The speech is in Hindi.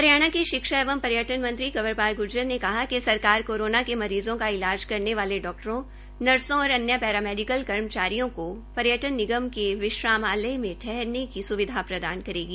हरियाणा के शिक्षा एवं पर्यटन् मंत्री कंवर पाल ग्र्जर ने कहा कि सरकार कोरोना के मरीज़ो का इलाज करने वाले डॉक्टरों नर्सो और पेरामेडिकल कर्मचारियों को पर्यटन निगम के विश्रामलय में ठहरने की स्विधा करेगी